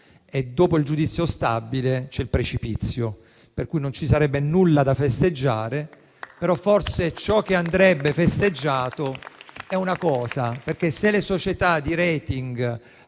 dopo il giudizio stabile c’è il precipizio, per cui non ci sarebbe nulla da festeggiare. Forse ciò che andrebbe festeggiato è che se le società di rating